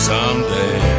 Someday